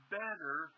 better